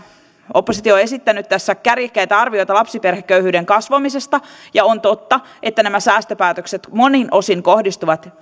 oppositio on esittänyt tässä kärjekkäitä arvioita lapsiperheköyhyyden kasvamisesta ja on totta että nämä eri säästöpäätökset monin osin kohdistuvat